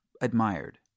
admired